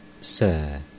Sir